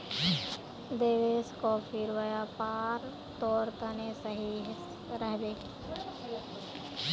देवेश, कॉफीर व्यापार तोर तने सही रह बे